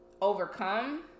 overcome